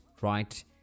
right